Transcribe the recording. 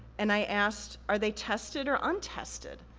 and i asked, are they tested or untested?